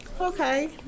okay